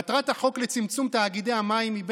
מטרת החוק לצמצום תאגידי המים היא,